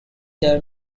their